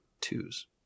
twos